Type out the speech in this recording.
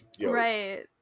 Right